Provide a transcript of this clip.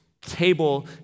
table